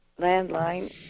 landline